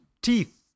teeth